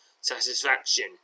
satisfaction